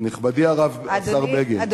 נכבדי השר בגין, אני פונה אליך.